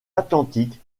atlantique